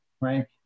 right